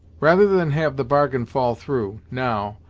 rather than have the bargain fall through, now,